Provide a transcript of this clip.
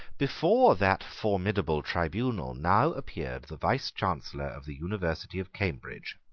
before that formidable tribunal now appeared the vicechancellor of the university of cambridge,